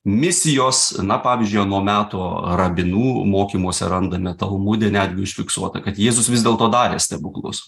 misijos na pavyzdžiui ano meto rabinų mokymuose randame talmude netgi užfiksuota kad jėzus vis dėlto darė stebuklus